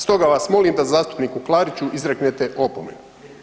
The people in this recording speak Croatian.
Stoga vas molim da zastupniku Klariću izreknete opomenu.